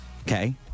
okay